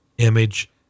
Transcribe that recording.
image